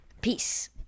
Peace